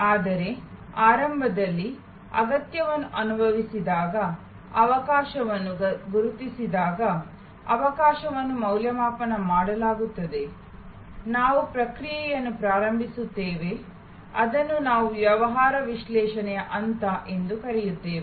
ಆದರೆ ಆರಂಭದಲ್ಲಿ ಅಗತ್ಯವನ್ನು ಅನುಭವಿಸಿದಾಗ ಅವಕಾಶವನ್ನು ಗುರುತಿಸಿದಾಗ ಅವಕಾಶವನ್ನು ಮೌಲ್ಯಮಾಪನ ಮಾಡಲಾಗುತ್ತದೆ ನಾವು ಪ್ರಕ್ರಿಯೆಯನ್ನು ಪ್ರಾರಂಭಿಸುತ್ತೇವೆ ಅದನ್ನು ನಾವು ವ್ಯವಹಾರ ವಿಶ್ಲೇಷಣೆಯ ಹಂತ ಎಂದು ಕರೆಯುತ್ತೇವೆ